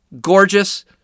gorgeous